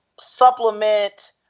supplement